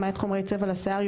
למעט חומרי צבע לשיער,